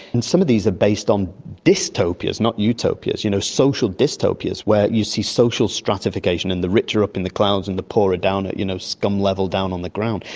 and some of these are based on dystopias, not utopias, you know, social dystopias where you see social stratification, and the rich are up in the clouds and the poor are down at you know scum level down on the ground.